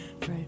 right